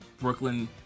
Brooklyn